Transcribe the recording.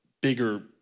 bigger